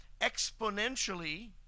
exponentially